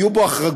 היו בו החרגות,